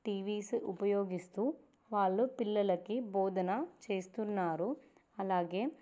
TVs ఉపయోగిస్తు వాళ్ళు పిల్లలకి బోధన చేస్తున్నారు అలాగే